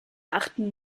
achten